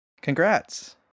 Congrats